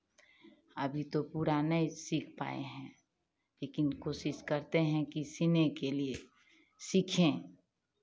अभी तो पूरा नहीं सीख पाए हैं लेकिन कोशिश करते हैं कि सिलने के लिए सीखें